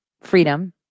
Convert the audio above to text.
freedom